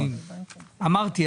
אמרתי,